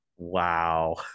wow